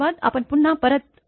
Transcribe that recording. आपण पुन्हा परत येऊ